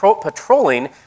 patrolling